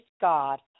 God